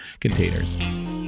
containers